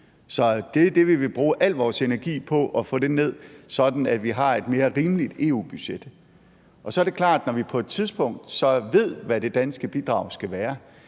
er det, vi vil bruge al vores energi på, altså at få det ned, sådan at vi har et mere rimeligt EU-budget. Og så er det klart, at når vi på et tidspunkt ved, hvad det danske bidrag skal være,